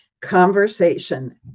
conversation